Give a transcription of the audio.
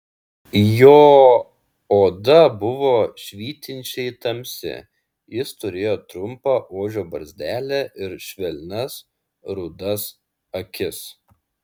jo oda buvo švytinčiai tamsi jis turėjo trumpą ožio barzdelę ir švelnias rudas akis